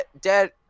Dead